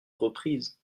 reprise